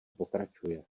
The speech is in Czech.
pokračuje